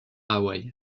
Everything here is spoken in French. hawaii